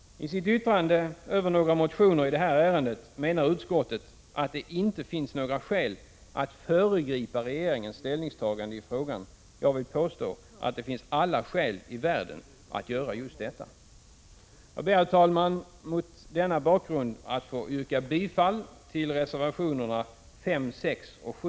Isitt yttrande över några motioner i det här ärendet menar utskottet att det inte finns några skäl att föregripa regeringens ställningstagande i frågan. Jag vill påstå att det finns alla skäl i världen att göra just detta. Jag kan inte förstå varför man skall behöva segdra en fråga som denna. Herr talman! Jag ber att mot denna bakgrund få yrka bifall till reservationerna 5, 6 och 7.